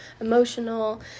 emotional